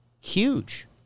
Huge